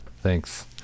thanks